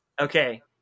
Okay